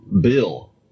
Bill